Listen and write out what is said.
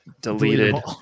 deleted